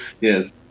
Yes